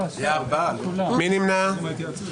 אין נמנעים.